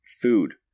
Food